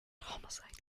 homicide